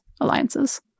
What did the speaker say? alliances